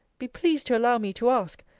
be pleased to allow me to ask,